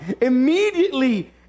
Immediately